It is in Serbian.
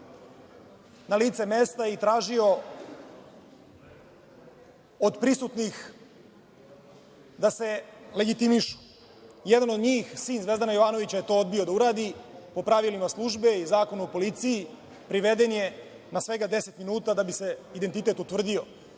na lice mesta i tražio od prisutnih da se legitimišu. Jedan od njih, sin Zvezdana Jovanovića je to odbio da uradi. Po pravilima službe i Zakona o policiji, priveden je na svega 10 minuta da bi se identitet utvrdio. Ove